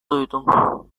duydum